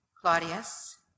Claudius